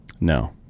No